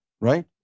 right